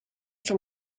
from